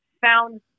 found